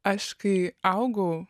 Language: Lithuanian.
aš kai augau